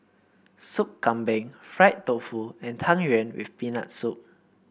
Sup Kambing Fried Tofu and Tang Yuen with Peanut Soup